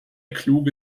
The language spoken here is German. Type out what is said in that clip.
kluge